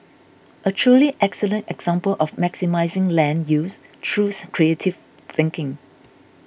a truly excellent example of maximising land use through creative thinking